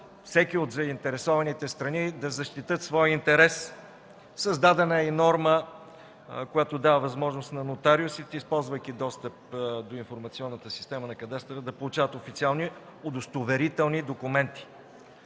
всяка от заинтересованите страни да защити своя интерес. Създадена е и норма, която дава възможност на нотариусите, използвайки достъпа до информационната система на кадастъра, да получават официални удостоверителни документи.